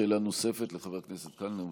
שאלה נוספת לחבר הכנסת קלנר.